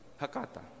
Hakata